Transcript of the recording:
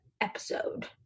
episode